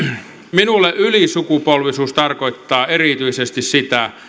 minulle ylisukupolvisuus tarkoittaa erityisesti sitä